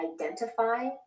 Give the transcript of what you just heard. identify